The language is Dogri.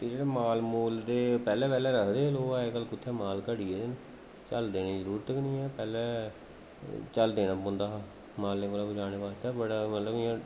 ते जेह्ड़ा माल मूल ते पैह्लें पैह्लें रखदे हे लोक अजकल कुत्थै माल घटी गेदे न झल्ल देने दी जरूरत गै निं ऐ पैह्लें झल्ल देना पौंदा हा माल्ले कोला बचाने आस्तै बड़ा मतलब इ'यां